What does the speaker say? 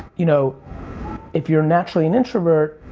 you know if you're naturally an introvert,